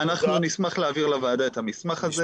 נשמח להעביר לוועדה את המסמך הזה.